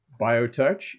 BioTouch